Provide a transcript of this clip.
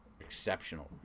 exceptional